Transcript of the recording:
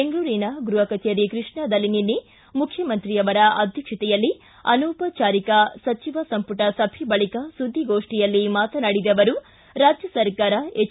ಬೆಂಗಳೂರಿನ ಗೃಹ ಕಚೇರಿ ಕೃಷ್ಣಾದಲ್ಲಿ ನಿನ್ನೆ ಮುಖ್ಯಮಂತ್ರಿ ಅವರ ಅಧ್ಯಕ್ಷತೆಯಲ್ಲಿ ಅನೌಪಚಾರಿಕ ಸಚಿವ ಸಂಪುಟ ಸಭೆ ಬಳಿಕ ಸುದ್ದಿಗೋಷ್ಠಿಯಲ್ಲಿ ಮಾತನಾಡಿದ ಅವರು ರಾಜ್ಯ ಸರ್ಕಾರ ಹೆಚ್